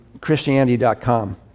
Christianity.com